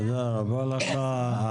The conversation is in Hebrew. תודה רבה לך.